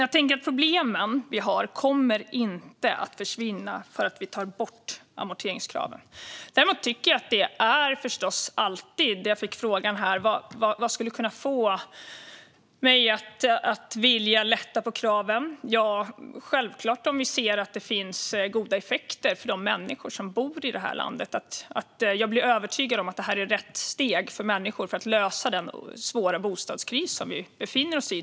De problem vi har kommer inte att försvinna för att vi tar bort amorteringskraven. Jag fick frågan om vad som skulle kunna få mig att vilja lätta på kraven. Det är självfallet om vi ser att det finns goda effekter för de människor som bor i detta land och om jag blir övertygad om att det är rätt steg för människor för att lösa den svåra bostadskris som vi befinner oss i.